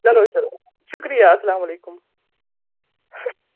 چلو چلو شُکریہ اَسلامُ علیکُم